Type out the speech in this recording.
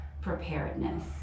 preparedness